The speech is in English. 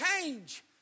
change